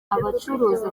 abacuruza